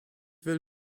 will